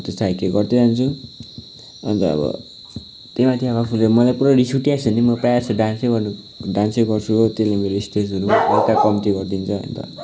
हो त्यस्तो खाले गर्दै जान्छु अन्त अब त्यो माथि आफूले मलाई पुरा रिस उठिरहेको छ भने म प्रायः जसो डान्स गर्नु डान्स गर्छु त्यसले मेरो स्ट्रेसहरू हल्का कम्ती गरिदिन्छ अन्त